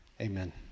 amen